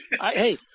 Hey –